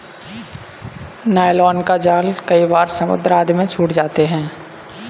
nylon का जाल कई बार समुद्र आदि में छूट जाते हैं